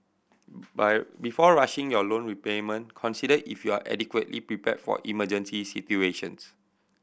by before rushing your loan repayment consider if you are adequately prepared for emergency situations